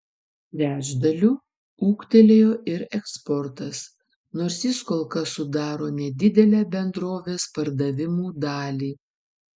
trečdaliu ūgtelėjo ir eksportas nors jis kol kas sudaro nedidelę bendrovės pardavimų dalį